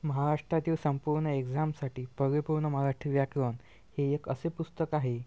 महाराष्ट्रातील संपूर्ण एक्झामसाठी परिपूर्ण मराठी व्याकरण हे एक असे पुस्तक आहे